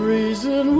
reason